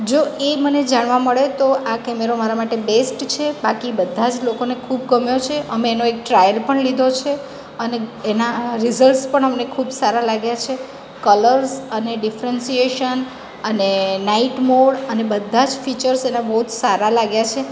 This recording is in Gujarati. જો એ મને જાણવા મળે તો આ કેમેરો મારા માટે બેસ્ટ છે બાકી બધા જ લોકોને ખૂબ ગમ્યો છે અમે એનો એક ટ્રાયલ પણ લીધો છે અને એના રિઝલ્ટસ પણ અમને ખૂબ સારા લાગ્યા છે કલર્સ અને ડિફરન્શીએસન્સ અને નાઈટ મોડ અને બધા જ ફીચર્સ એના બહુ જ સારા લાગ્યા છે